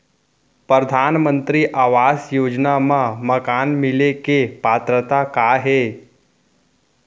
परधानमंतरी आवास योजना मा मकान मिले के पात्रता का हे?